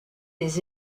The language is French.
des